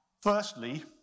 Firstly